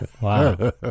wow